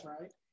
right